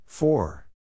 Four